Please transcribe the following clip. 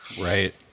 right